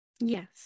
Yes